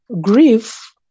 Grief